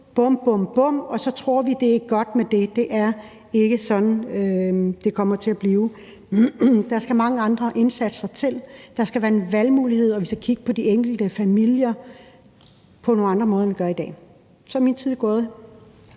bum, bum, bum, og så tror vi, det er godt med det. Det er ikke sådan, det skal være. Der skal mange andre indsatser til, der skal være valgmuligheder, og vi skal kigge på de enkelte familier på en anden måde, end vi gør i dag. Så er min tid gået.